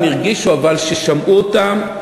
הרגישו ששמעו אותם,